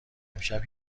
امشب